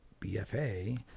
BFA